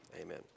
amen